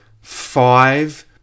five